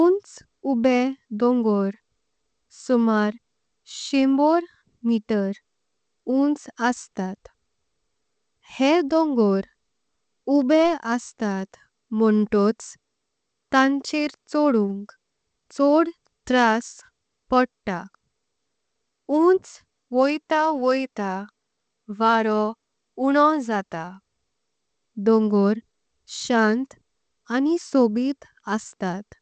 ऊंच उबे डोंगर सुमार शेंबोर मीटर ऊंच असतात। हेम डोंगर उबे असतात म्हणतोच तांचेर चोडडुंक। चोड त्रास पडता ऊंच वयता वयता वारो उन्हो। जात डोंगर शांत आनि सोबीत असतात